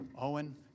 Owen